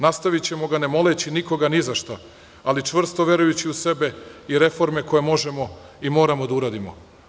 Nastavićemo ga, ne moleći nikoga ni za šta, ali čvrsto verujući u sebe i reforme koje možemo i moramo da uradimo.